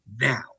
now